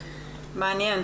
מעניין.